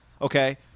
Okay